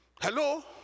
Hello